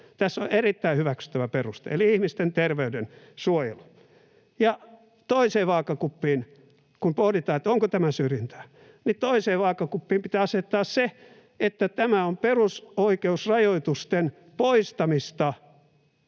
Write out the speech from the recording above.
Tässä on erittäin hyväksyttävä peruste eli ihmisten terveyden suojelu. Ja kun pohditaan, onko tämä syrjintää, toiseen vaakakuppiin pitää asettaa se, että tämä on perusoikeusrajoitusten poistamista